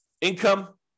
Income